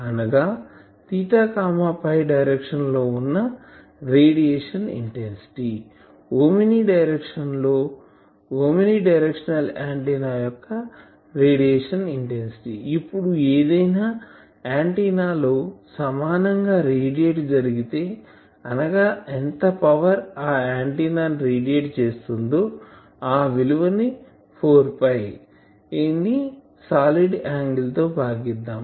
అనగా డైరెక్షన్ లో ఉన్న radiation intensity omni directional antenna యొక్క రేడియేషన్ ఇంటెన్సిటీ ఇప్పుడు ఏదైనా ఆంటిన్నాలో సమానం గా రేడియేట్ జరిగితే అనగా ఎంత పవర్ ఆ ఆంటిన్నా రేడియేట్ చేస్తుందో ఆవిలువ ని 4 సాలిడ్ యాంగిల్ తో భాగిద్దాం